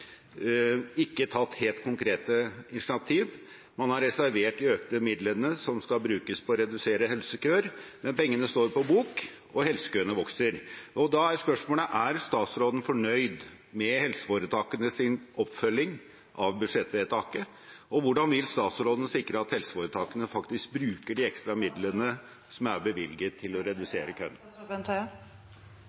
ikke tatt helt konkrete initiativ. Man har reservert de økte midlene som skal brukes på å redusere helsekøer, men pengene står på bok, og helsekøene vokser. Da er spørsmålet: Er statsråden fornøyd med helseforetakenes oppfølging av budsjettvedtaket, og hvordan vil statsråden sikre at helseforetakene faktisk bruker de ekstra midlene som er bevilget, til å redusere